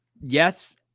yes